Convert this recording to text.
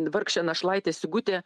vargšė našlaitė sigutė